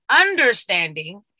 Understanding